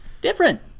Different